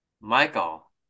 Michael